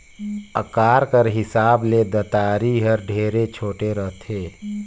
अकार कर हिसाब ले दँतारी हर ढेरे छोटे रहथे